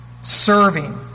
serving